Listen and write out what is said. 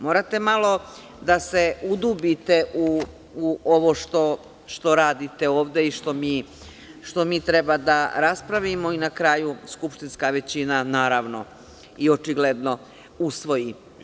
Morate malo da se udubite u ovo što radite ovde i što mi treba da raspravimo i na kraju skupštinska većina, naravno i očigledno, usvoji.